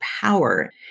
power